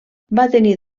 tenir